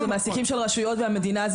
זה המעסיקים של רשויות והמדינה,